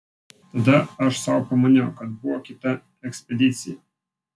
tada aš sau pamaniau kad buvo kita ekspedicija